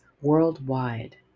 worldwide